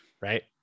right